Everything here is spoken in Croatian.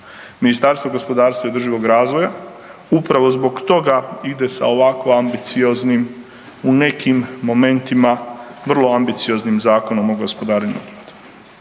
Ministarstvo gospodarstva i održivog razvoja upravo zbog toga ide sa ovako ambicioznim u nekim momentima vrlo ambicioznim Zakonom o gospodarenju otpadom.